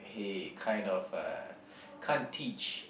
he kind of uh can't teach